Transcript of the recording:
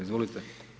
Izvolite.